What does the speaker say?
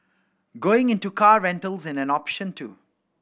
going into car rentals in an option too